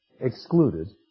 Excluded